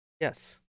yes